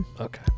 Okay